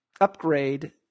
upgrade